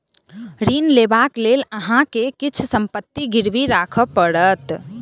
ऋण लेबाक लेल अहाँ के किछ संपत्ति गिरवी राखअ पड़त